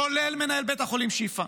כולל מנהל בית החולים שיפא.